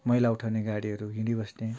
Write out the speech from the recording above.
मैला उठाउने गाडीहरू हिँडी बस्ने